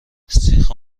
سیخ